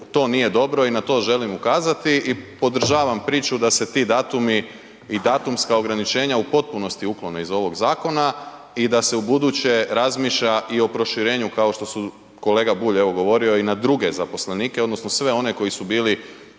to nije dobro i na to želim ukazati i podržavam priču da se ti datumi i datumska ograničenja u potpunosti uklone iz ovog zakona i da se ubuduće razmišlja i o proširenju kao što su, kolega Bulj je evo govorio i na druge zaposlenike odnosno sve one koji su bili